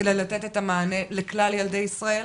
כדי לתת את המענה לכלל ילדי ישראל.